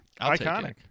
Iconic